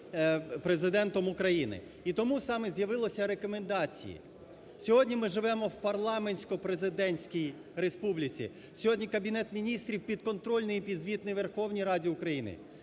Президентом України. І тому саме з'явилися рекомендації. Сьогодні ми живемо в парламентсько-президентській республіці. Сьогодні Кабінет Міністрів підконтрольний і підзвітний Верховній Раді України.